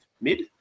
mid